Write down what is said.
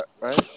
Right